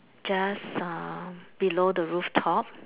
just uh below the rooftop